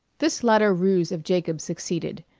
this latter ruse of jacob's succeeded.